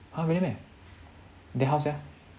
!huh! really meh then how sia